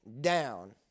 down